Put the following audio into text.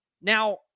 Now